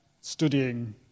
studying